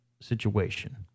situation